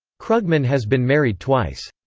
krugman has been married twice.